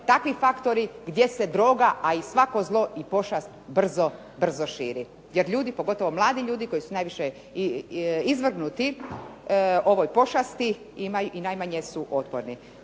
takvi faktori gdje se droga, a i svako zlo i pošast brzo širi. Jer ljudi, pogotovo mladi ljudi koji su najviše izvrgnuti ovoj pošasti i najmanje su otporni.